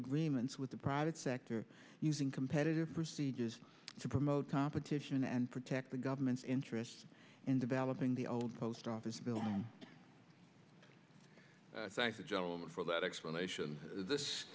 agreements with the private sector using competitive procedures to promote competition and protect the government's interests in developing the old post office building thank you gentlemen for that explanation this